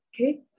Okay